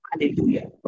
Hallelujah